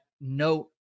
note